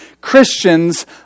Christians